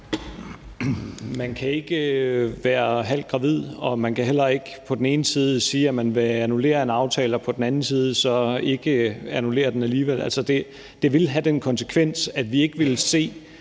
Man kan ikke være halvt gravid, og man kan heller ikke på den ene side sige, at man vil annullere en aftale, og på den anden side så ikke annullere den alligevel. Altså, det ville have den konsekvens, at vi ikke ville se